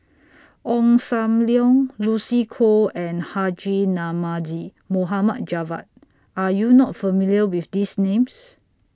Ong SAM Leong Lucy Koh and Haji Namazie Mohd Javad Are YOU not familiar with These Names